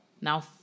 now